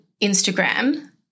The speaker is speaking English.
Instagram